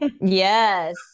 Yes